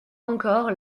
encore